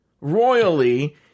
royally